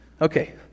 Okay